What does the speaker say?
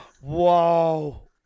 Whoa